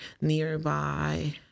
nearby